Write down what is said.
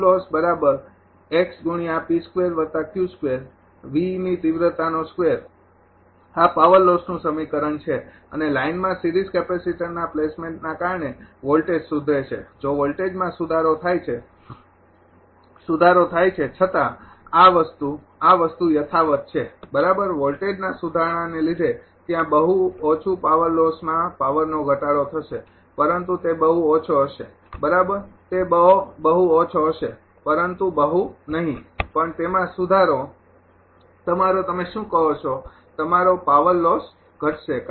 આ પાવર લોસનું સમીકરણ છે અને લાઇનમાં સિરીઝ કેપેસીટરના પ્લેસમેન્ટના કારણે વોલ્ટેજ સુધરે છે જો વોલ્ટેજમાં સુધારો થાય છે સુધારો થાય છે છતા આ વસ્તુ આ વસ્તુ યથાવત્ છે બરાબર વોલ્ટેજના સુધારણાને લીધે ત્યાં બહુ ઓછો પાવર લોસમાં પાવરનો ઘટાડો થશે પરંતુ તે બહુ ઓછો હશે બરાબર તે બહુ ઓછો હશે પરંતુ બહુ નહીં પણ તેમાં સુધારો તમારો તમે શું કહો છો તમારો પાવર લોસ ઘટશે